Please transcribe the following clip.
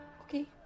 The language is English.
Okay